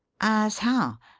as how?